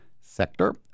sector